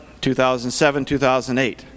2007-2008